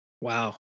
Wow